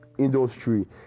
Industry